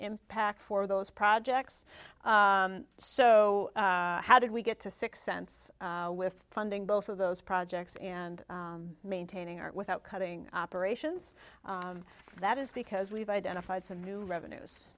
impact for those projects so how did we get to six cents with funding both of those projects and maintaining our without cutting operations that is because we've identified some new revenues